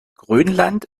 grönland